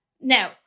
Now